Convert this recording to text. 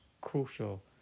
crucial